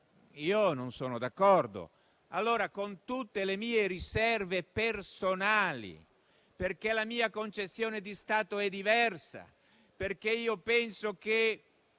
io non sono d'accordo, con tutte le mie riserve personali. La mia concezione di Stato è diversa, perché penso che